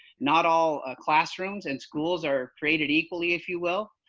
not all classrooms and schools are created equally, if you will.